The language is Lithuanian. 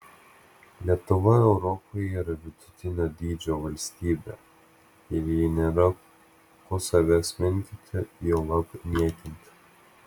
lietuva europoje yra vidutinio dydžio valstybė ir jai nėra ko savęs menkinti juolab niekinti